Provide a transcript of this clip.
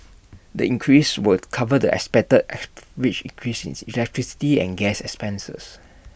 the increase will cover the expected increase electricity and gas expenses